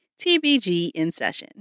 TBGINSession